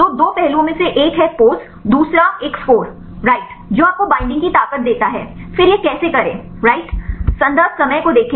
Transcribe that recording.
तो दो पहलुओं में से एक है पोज़ और दूसरा एक स्कोर राइट जो आपको बाइंडिंग की ताकत देता है फिर ये कैसे करें